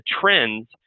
trends